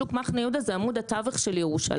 שוק מחנה יהודה זה עמוד התווך של ירושלים,